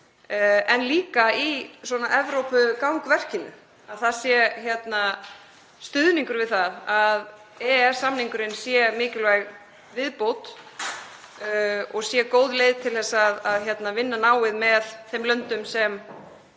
en líka í Evrópugangverkinu, að það sé stuðningur við það að EES-samningurinn sé mikilvæg viðbót og sé góð leið til að vinna náið með þeim löndum sem